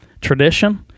tradition